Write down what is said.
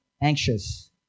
anxious